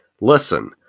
Listen